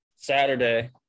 Saturday